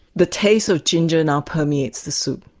the taste of ginger now permeates the soup.